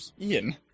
Ian